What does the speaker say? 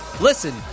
listen